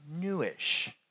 newish